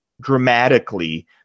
dramatically